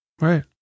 right